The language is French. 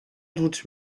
doute